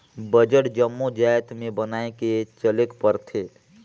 budget जम्मो जाएत में बनाए के चलेक परथे